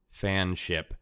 fanship